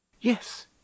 yes